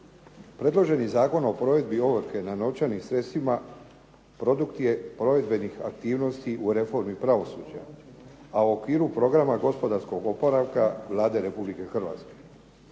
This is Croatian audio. Predloženi Zakon o provedbi ovrhe na novčanim sredstvima produkt je provedbenih aktivnosti u reformi pravosuđa a u okviru programa gospodarskog oporavka Vlade Republike Hrvatske.